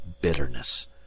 bitterness